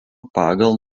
pagal